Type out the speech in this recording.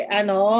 ano